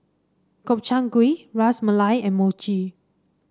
Gobchang Gui Ras Malai and Mochi